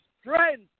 strength